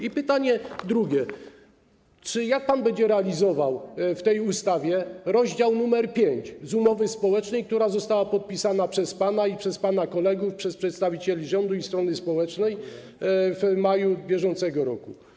I pytanie drugie: Jak pan będzie realizował w tej ustawie rozdział nr 5 z umowy społecznej, która została podpisana przez pana i przez pana kolegów, przez przedstawicieli rządu i strony społecznej w maju br.